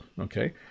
Okay